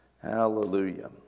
Hallelujah